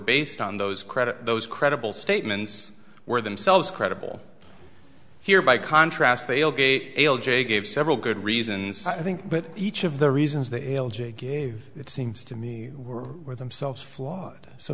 based on those credit those credible statements were themselves credible here by contrast pale gate ale jay gave several good reasons i think but each of the reasons they gave it seems to me were themselves flawed so